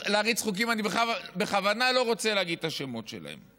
אני בכוונה לא רוצה להגיד את השמות שלהם.